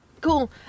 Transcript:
Cool